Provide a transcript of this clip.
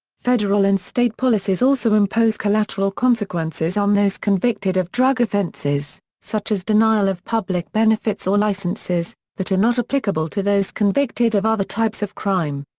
federal and state policies also impose collateral consequences on those convicted of drug offenses, such as denial of public benefits or licenses, that are not applicable to those convicted of other types of crime.